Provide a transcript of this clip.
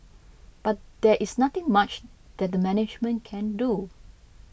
but there is nothing much that the management can do